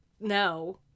no